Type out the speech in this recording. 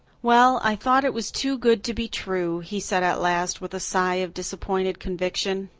well, i thought it was too good to be true, he said at last, with a sigh of disappointed conviction.